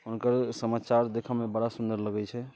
हुनकर समाचार देखऽ मे बड़ा सुन्दर लगै छै